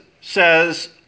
says